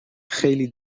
خیلی